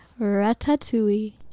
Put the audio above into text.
Ratatouille